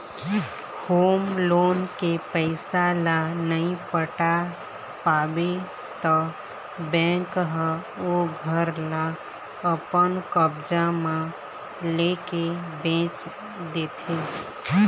home loan के पइसा ल नइ पटा पाबे त बेंक ह ओ घर ल अपन कब्जा म लेके बेंच देथे